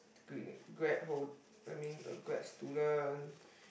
degree grad hold I mean a grad student